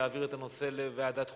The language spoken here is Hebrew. להעביר את הנושא לוועדת חוקה?